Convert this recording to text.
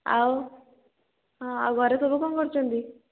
ଆଉ ହଁ ଆଉ ଘରେ ସବୁ କ'ଣ କରୁଛନ୍ତି